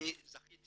אני זכיתי